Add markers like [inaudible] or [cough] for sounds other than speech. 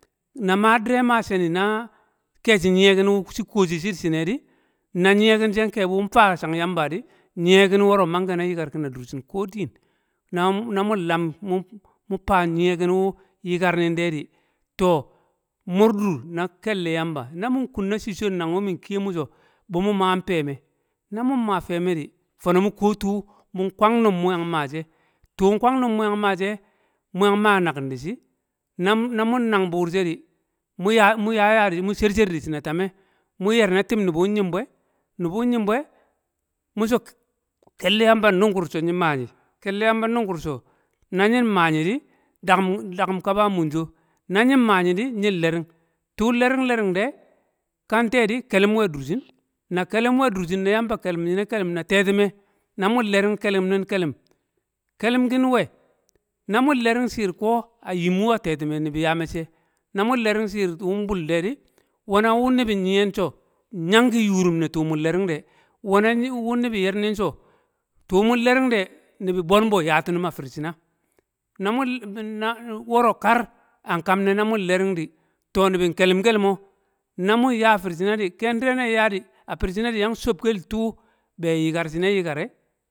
na ma dire ma sheni na ke shi yiye ki wu shi kumo shi shi di shie di, shenil she inkebuwu nfa chag yamba di, mnyiye ki woro mage a yikar ki a durshin ko din na- na mun lam mu- mu fa nyiye kin wu yikar nin de di to, mudur na kelle yamba, na mun kun na cicco di nang wu min kiye mi so bu mu maa nfeme, mun ma feme di, fono mu kuwo tu nkwang mum mu yag maa she tuu nkwang num mu yang ma she, mu yag ma nakin di shi na mun- na mun nang buur she di, mu ya- mu yaya mu she- sher dishi a tame, mu yer na tib niba nyin bu e nibu nyim bu e mu so kelle yamba nungur so nyi ma nyi kelle yamba nungur so na nyim maa nyidi dakum dakum kaba mwe mun so na nyim ma nyi di nyin lering, tuun lering lering de ka nte di, kelum nwe durshin, na kelum nwe durshin na kelum nwe durshin na yamba kelum nyine kelum a tetume, na mun lering na kelum nin kelum kelum kin nwe- nwe mun lering shiir ko fim wu a tetume ibi yaa mecce, a mu lerig shiir tuu bul di, we a wu nibi nyiyen so, nyanki yurumne tuu mun lering de nwo na wo nibi yernin so, tuu mun lering de nibi bon bo yaa ti num a firshina. na mun [noise] woro kar an kam ne na mun lering di nkelum kel mo, na mun ya firshina di, ke dire nan yaa di, a fir shima di yang chob kel tuu be yikar shim yikar e